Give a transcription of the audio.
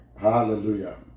Hallelujah